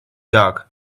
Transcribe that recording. dog